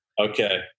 Okay